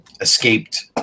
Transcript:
escaped